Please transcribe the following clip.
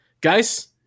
Guys